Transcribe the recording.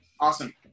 Awesome